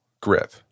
grip